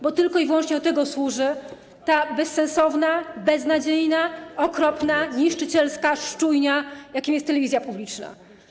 Bo tylko i wyłącznie do tego służy ta bezsensowna, beznadziejna, okropna, niszczycielska szczujnia, jaką jest telewizja publiczna.